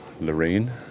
Lorraine